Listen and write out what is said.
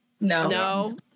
No